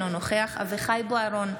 אינו נוכח אביחי אברהם בוארון,